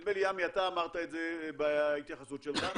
ונדמה לי, עמי, שאתה אמרת את זה בהתייחסות שלך,